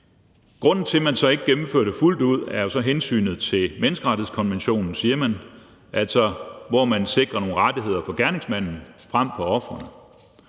Grunden til, at man så ikke gennemfører det fuldt ud, er jo hensynet til menneskerettighedskonventionen, siger man, altså hvor man sikrer nogle rettigheder for gerningsmanden frem for